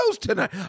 tonight